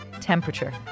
temperature